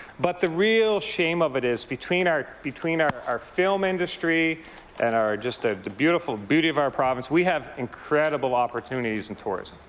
but the real shame of it is, between our between our film industry and our just ah the beautiful beauty of our province, we have incredible opportunities in tourism.